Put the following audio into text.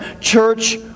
church